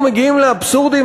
אנחנו מגיעים לאבסורדים,